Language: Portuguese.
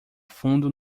fundo